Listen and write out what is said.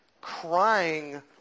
crying